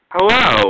Hello